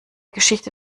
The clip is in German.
geschichte